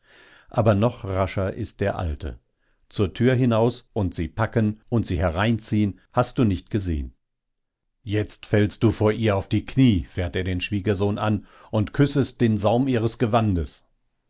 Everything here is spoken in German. aber noch rascher ist der alte zur tür hinaus und sie packen und sie hereinziehen hast du nicht gesehen jetzt fällst du vor ihr auf die knie fährt er den schwiegersohn an und küssest den saum ihres gewandes